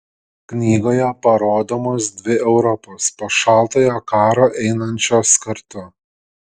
knygoje parodomos dvi europos po šaltojo karo einančios kartu